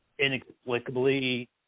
inexplicably